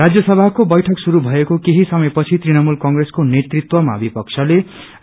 राज्य सभाको बैठक शुरू भएको केही समय पछि तृणमूल कंग्रेसको नेतृत्वमा विपक्षले